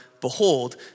behold